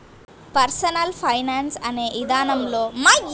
personal finance అనే ఇదానంలో డబ్బుని ఎలా పెట్టుబడి పెట్టాలో మనమే నిర్ణయం తీసుకోవాలి